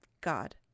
God